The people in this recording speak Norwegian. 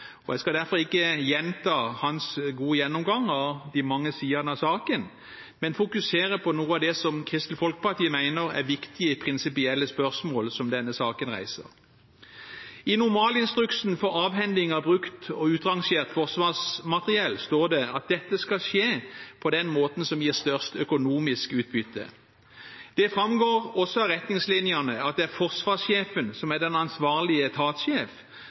og jeg skal derfor ikke gjenta hans gode gjennomgang av de mange sidene av saken, men fokusere på noe av det som Kristelig Folkeparti mener er viktige prinsipielle spørsmål som denne saken reiser. I normalinstruksen for avhending av brukt og utrangert forsvarsmateriell står det at dette skal skje på den måten som gir størst økonomisk utbytte. Det framgår også av retningslinjene at det er forsvarssjefen som er den ansvarlige